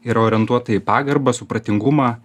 yra orientuota į pagarbą supratingumą